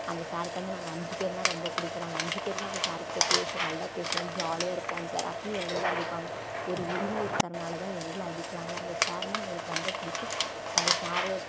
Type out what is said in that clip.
அந்தச் சாருக்கு வந்து நாங்கள் அஞ்சுப் பேருனா ரொம்ப பிடிக்கும் நாங்கள் அஞ்சுப் பேர் தான் அந்தச் சாருக்கிட்டே குளோஸு நல்லா பேசுவோம் ஜாலியாக இருப்போம் அந்த சார் அப்போயும் எங்களை தான் அடிப்பாங்கள் ஒரு உரிமை இருக்கிறனால தான் எங்களை அடிக்கிறாங்க அந்தச் சாருனா எங்களுக்கு ரொம்ப பிடிக்கும் அந்த சாரு